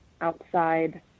outside